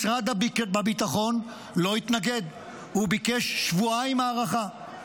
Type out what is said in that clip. משרד הביטחון לא התנגד, הוא ביקש שבועיים הארכה.